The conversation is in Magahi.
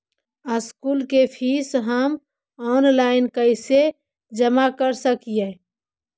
स्कूल के फीस हम ऑनलाइन कैसे जमा कर सक हिय?